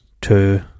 two